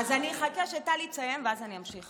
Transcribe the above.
אז אני אחכה שטלי תסיים ואז אני אמשיך.